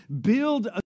build